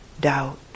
doubt